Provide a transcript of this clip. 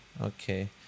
Okay